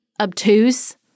obtuse